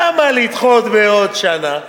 למה לדחות בעוד שנה?